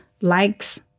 Likes